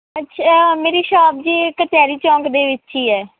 ਅੱਛਾ ਮੇਰੀ ਸ਼ੋਪ ਜੀ ਕਚਹਿਰੀ ਚੌਂਕ ਦੇ ਵਿੱਚ ਹੀ ਹੈ